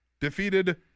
defeated